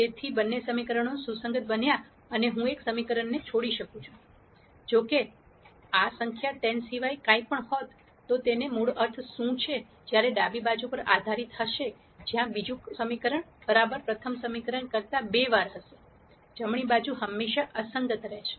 તેથી બંને સમીકરણો સુસંગત બન્યા અને હું એક સમીકરણ છોડી શકું જો કે જો આ સંખ્યા 10 સિવાય કંઇ પણ હોત તો તેનો મૂળ અર્થ શું છે જ્યારે ડાબી બાજુ પર આધારિત હશે જ્યાં બીજું સમીકરણ બરાબર પ્રથમ સમીકરણ કરતા બે વાર હશે જમણી બાજુ હંમેશા અસંગત રહેશે